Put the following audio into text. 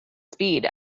speed